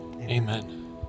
Amen